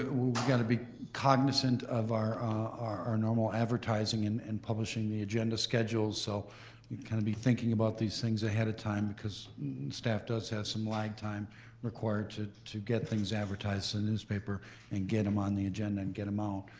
we gotta be cognizant of our our normal advertising and and publishing the agenda schedule, so kind of be thinking about these things ahead of time, because staff does have some lag time required to to get things advertised in the newspaper and get em on the agenda and get em out,